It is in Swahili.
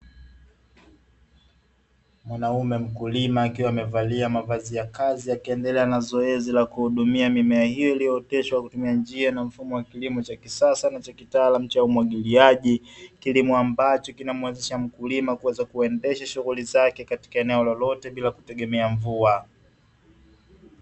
Mwanaume mkulima akiwa amevalia mavazi ya kazi akiendelea na zoezi la kuhudumia mimea hiyo iliyooteshwa kwa kutumia njia na mfumo wa kilimo cha kisasa na cha kitaalamu cha umwagiliaji. Kilimo ambacho kinamuwezesha mkulima kuweza kuendesha shughuli zake katika eneo lolote, bila kutegemea mvua.